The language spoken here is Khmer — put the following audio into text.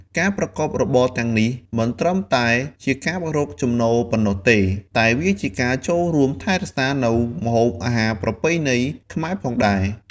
ការប្រកបរបរទាំងនេះមិនត្រឹមតែជាការរកចំណូលប៉ុណ្ណោះទេ តែវាក៏ជាការចូលរួមថែរក្សានូវម្ហូបអាហារប្រពៃណីខ្មែរផងដែរ។